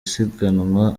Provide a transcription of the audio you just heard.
siganwa